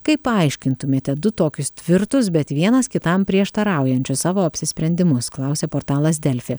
kaip paaiškintumėte du tokius tvirtus bet vienas kitam prieštaraujančius savo apsisprendimus klausia portalas delfi